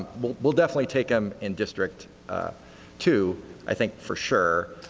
will will definitely take them in district two i think for sure.